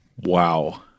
wow